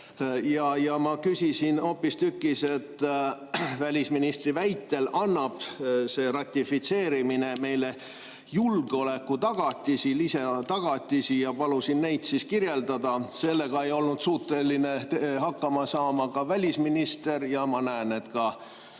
Ma küsisin hoopistükkis, et välisministri väitel annab see ratifitseerimine meile julgeolekutagatisi, lisatagatisi, ja palusin neid kirjeldada. Sellega ei olnud suuteline hakkama saama välisminister ja ma näen, et ka